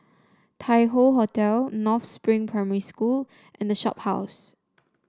Tai Hoe Hotel North Spring Primary School and The Shophouse